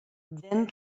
then